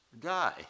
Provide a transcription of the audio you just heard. die